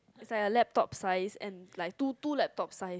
is like a laptop size and like two two laptop size